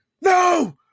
no